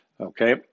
okay